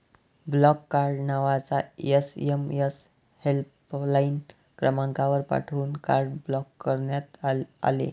block card नावाचा SMS helpline क्रमांकावर पाठवून कार्ड ब्लॉक करण्यात आले